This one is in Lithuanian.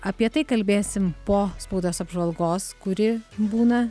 apie tai kalbėsim po spaudos apžvalgos kuri būna